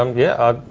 um yeah.